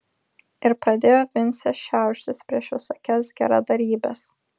ir pradėjo vincė šiauštis prieš visokias geradarybes